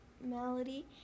Melody